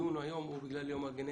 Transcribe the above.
הדיון היום הוא בגלל יום הנגב.